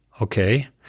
okay